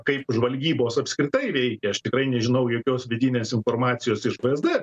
kaip žvalgybos apskritai reikia aš tikrai nežinau jokios vidinės informacijos iš vsd